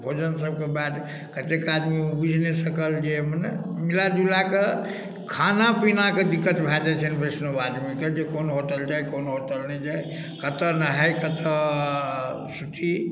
भोजन सबके बाद कतेक आदमी बुझि नहि सकल जे मने मिलाजुला कए खानापीना के दिक्कत भए जाइ छनि बैष्णव आदमीके जे कोन होटल जाइ कोन होटल नहि जाइ कतऽ नहाइ कतऽ सूती